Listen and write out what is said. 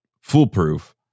foolproof